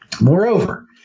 Moreover